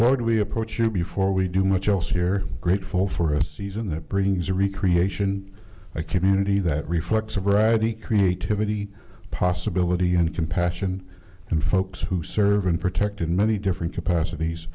lord we approach you before we do much else here grateful for a season that brings a recreation a community that reflects a variety creativity possibility and compassion and folks who serve and protect in many different capacities